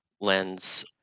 lens